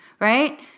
right